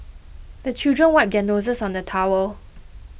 the children wipe their noses on the towel